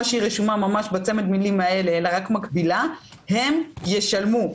שרשומה ממש בצמד המילים האלה אלא רק מקבילה - הם ישלמו.